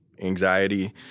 anxiety